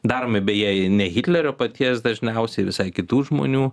daromi beje ne hitlerio paties dažniausiai visai kitų žmonių